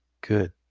good